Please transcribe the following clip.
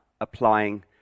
applying